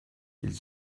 ils